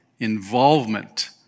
involvement